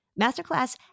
Masterclass